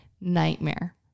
nightmare